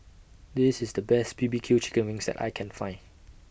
This IS The Best B B Q Chicken Wings that I Can Find